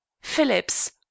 Phillips